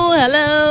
hello